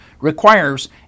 requires